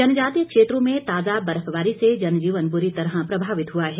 जनजातीय क्षेत्रों में ताजा बर्फबारी से जनजीवन बुरी तरह प्रभावित हुआ है